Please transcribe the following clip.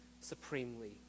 supremely